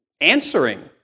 answering